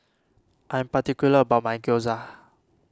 I am particular about my Gyoza